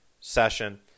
session